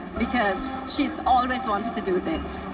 because she's always wanted to do this.